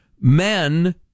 Men